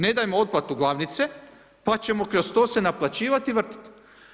Ne dajemo otplatu glavnice pa ćemo kroz to se naplaćivat i vrtit.